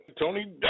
Tony